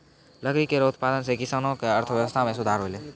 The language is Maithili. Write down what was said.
लकड़ी केरो उत्पादन सें किसानो क अर्थव्यवस्था में सुधार हौलय